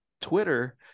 Twitter